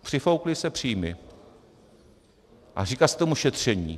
Přifoukly se příjmy a říká se tomu šetření.